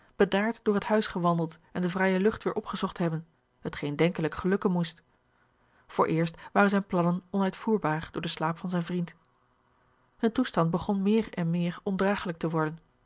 bedaard door het huis gewandeld en de vrije lucht weêr opgezocht hebben hetgeen denkelijk gelukken moest vooreerst waren zijne plannen onuitvoerbaar door den slaap van zijn vriend hun toestand begon meer en meer ondragelijk te worden